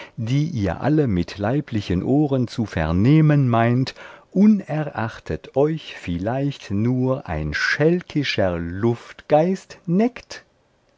die ihr alle mit leiblichen ohren zu vernehmen meint unerachtet euch vielleicht nur ein schälkischer luftgeist neckt